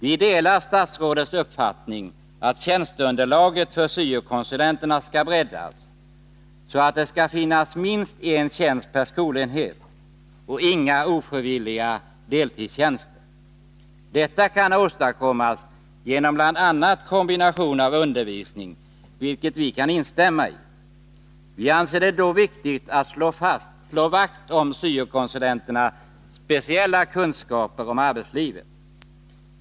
Vi delar statsrådets uppfattning att tjänsteunderlaget för syo-konsulenterna skall breddas, så att det skall finnas minst en tjänst per skolenhet och inga ofrivilliga deltidstjänster. Detta kan åstadkommas genom bl.a. kombinationen med undervisning, vilket vi kan instämma i. Vi anser det dock viktigt att slå vakt om syo-konsulenternas speciella kunskaper om arbetslivet.